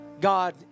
God